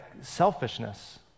selfishness